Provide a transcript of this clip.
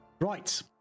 Right